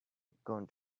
gone